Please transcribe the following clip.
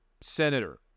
senator